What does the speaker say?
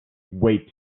wait